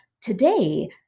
Today